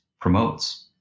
promotes